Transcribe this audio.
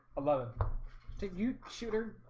love it. did you shoot her